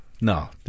no